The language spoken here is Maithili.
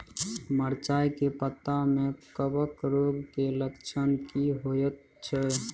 मिर्चाय के पत्ता में कवक रोग के लक्षण की होयत छै?